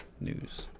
news